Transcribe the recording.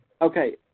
Okay